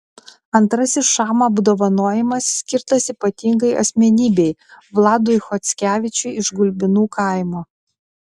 antrasis šama apdovanojimas skirtas ypatingai asmenybei vladui chockevičiui iš gulbinų kaimo